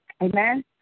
Amen